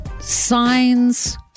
signs